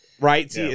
Right